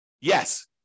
Yes